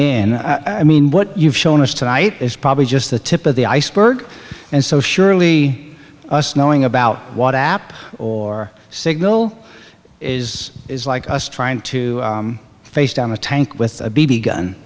in i mean what you've shown us tonight is probably just the tip of the iceberg and so surely us knowing about what app or signal is is like us trying to face down a tank with a b b gun